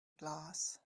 glass